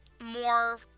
more